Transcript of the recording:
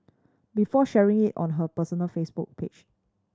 before sharing it on her personal Facebook page